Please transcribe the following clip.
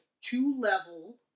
two-level